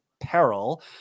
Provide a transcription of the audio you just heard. peril